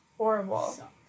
Horrible